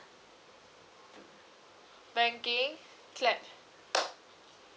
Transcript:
banking clap